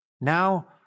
Now